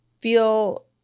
feel